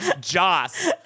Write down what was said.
Joss